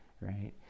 right